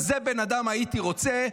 כזה בן אדם הייתי רוצה,